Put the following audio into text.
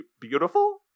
beautiful